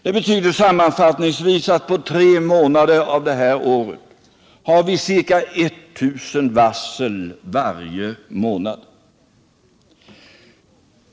Det betyder sammanfattningsvis att under tre månader av det här året har vi ca 1000 varsel varje månad.